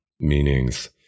meanings